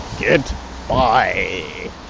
Goodbye